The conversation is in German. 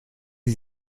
sie